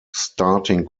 starting